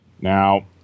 Now